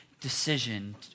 decision